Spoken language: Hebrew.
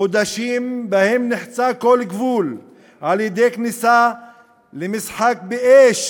חודשים שבהם נחצה כל גבול על-ידי כניסה למשחק באש